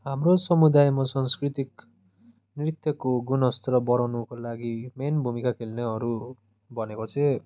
हाम्रो समुदायमा सांस्कृतिक नृत्यको गुणस्तर बढाउनुको लागि मेन भूमिका खेल्नेहरू भनेको चाहिँ